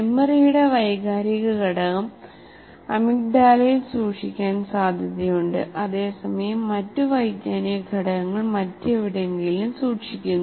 മെമ്മറിയുടെ വൈകാരിക ഘടകം അമിഗ്ഡാലയിൽ സൂക്ഷിക്കാൻ സാധ്യതയുണ്ട് അതേസമയം മറ്റ് വൈജ്ഞാനിക ഘടകങ്ങൾ മറ്റെവിടെയെങ്കിലും സൂക്ഷിക്കുന്നു